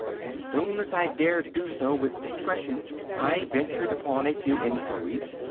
as soon as i dared do so with discretion i ventured upon a few inquiries.